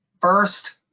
first